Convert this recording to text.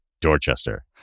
dorchester